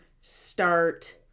start